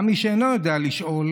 גם מי שאינו יודע לשאול,